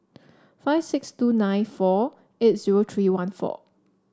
five six two nine four eight zero three one four